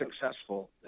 successful